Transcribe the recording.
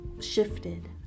shifted